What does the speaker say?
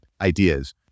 ideas